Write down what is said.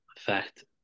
fact